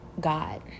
God